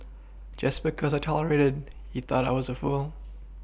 just because I tolerated he thought I was a fool